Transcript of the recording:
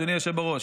אדוני היושב בראש,